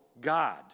God